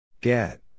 Get